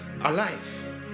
alive